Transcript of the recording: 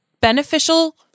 beneficial